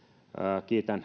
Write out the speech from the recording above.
kiitän